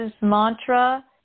mantra